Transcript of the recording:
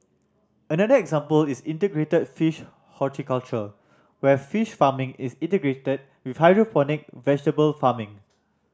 another example is integrated fish horticulture where fish farming is integrated with hydroponic vegetable farming